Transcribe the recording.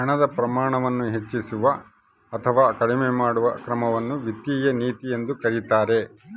ಹಣದ ಪ್ರಮಾಣವನ್ನು ಹೆಚ್ಚಿಸುವ ಅಥವಾ ಕಡಿಮೆ ಮಾಡುವ ಕ್ರಮವನ್ನು ವಿತ್ತೀಯ ನೀತಿ ಎಂದು ಕರೀತಾರ